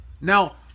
Now